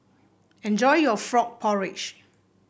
enjoy your Frog Porridge